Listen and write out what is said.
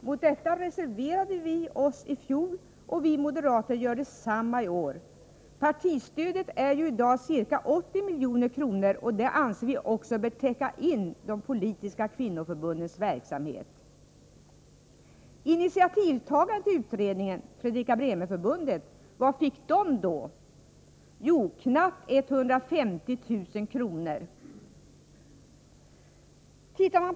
Mot detta reserverade vi moderater oss i fjol och vi gör detsamma i år. Partistödet är i dag ca 80 milj.kr., och det anser vi också bör täcka de politiska kvinnoförbundens verksamhet. budgetår knappt 150 000 kr. av dessa pengar.